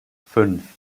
fünf